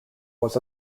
was